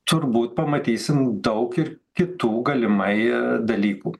turbūt pamatysim daug ir kitų galimai dalykų